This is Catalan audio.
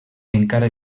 encara